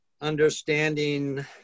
understanding